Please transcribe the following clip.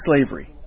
slavery